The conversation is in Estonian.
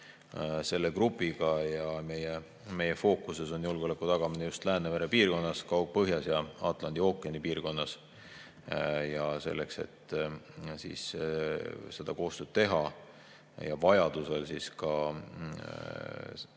selle grupiga ja meie fookuses on julgeoleku tagamine just Läänemere piirkonnas, Kaug-Põhjas ja Atlandi ookeani piirkonnas. Selleks, et koostööd teha ja vajaduse korral